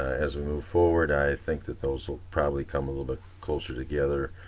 as we move forward i think that those will probably come a little bit closer together,